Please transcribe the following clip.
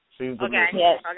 Okay